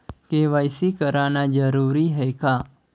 KYC कराना जरूरी है का?